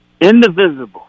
indivisible